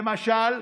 למשל,